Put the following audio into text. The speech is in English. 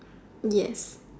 yes